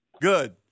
Good